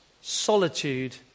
solitude